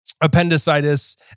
appendicitis